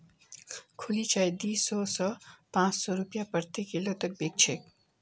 खुली चाय दी सौ स पाँच सौ रूपया प्रति किलो तक बिक छेक